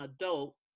adult